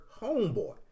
homeboy